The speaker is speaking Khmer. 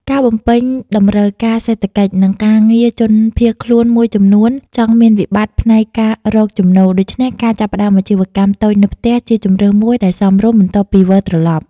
ការបំពេញតំរូវការសេដ្ឋកិច្ច និងការងារជនភៀសខ្លួនមួយចំនួនចង់មានវិបត្តិផ្នែកការរកចំណូល ដូច្នេះការចាប់ផ្តើមអាជីវកម្មតូចនៅផ្ទះជាជម្រើសមួយដែលសមរម្យ បន្ទាប់ពីវិលត្រឡប់។